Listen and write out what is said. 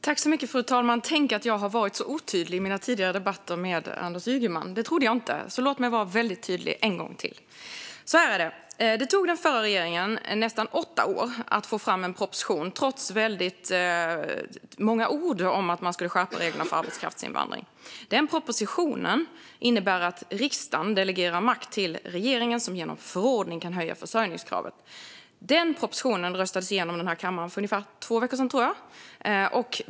Fru talman! Tänk att jag har varit så otydlig i mina tidigare debatter med Anders Ygeman! Det trodde jag inte. Låt mig därför vara väldigt tydlig en gång till. Så här är det. Det tog den förra regeringen nästan åtta år att få fram en proposition, trots väldigt många ord om att man skulle skärpa reglerna för arbetskraftsinvandring. Propositionen innebär att riksdagen delegerar makt till regeringen, som genom förordning kan höja försörjningskravet. Denna proposition röstades igenom i den här kammaren för ungefär två veckor sedan, tror jag.